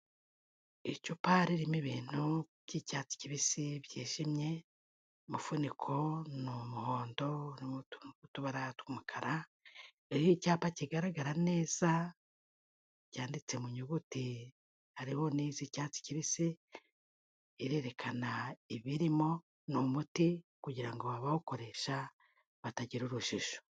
Icupari ririmo ibintu by'icyatsi kibisi byijimye, umufuniko ni umuhondo urimo utubara tw'umukara, iriho icyapa kigaragara neza cyanditse mu nyuguti, hariho n'iz'icyatsi kibisi irerekana ibirimo, ni umuti kugira ngo abawukoresha batagira urujijo.